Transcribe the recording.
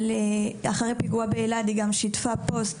אחרי הפיגוע באלעד היא גם שיתפה פוסט